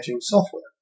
software